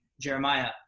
Jeremiah